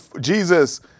Jesus